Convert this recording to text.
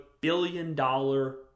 billion-dollar